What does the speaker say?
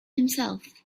himself